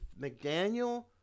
McDaniel